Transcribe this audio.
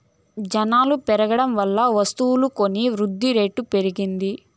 జనాలు పెరగడం వల్ల వస్తువులు కొని వృద్ధిరేటు పెరిగింది